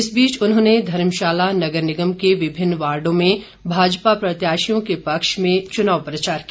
इस बीच उन्होंने धर्मशाला नगर निगम के विभिन्न वार्डो में भाजपा प्रत्याशियों के पक्ष में चुनाव प्रचार किया